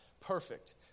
perfect